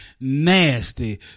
nasty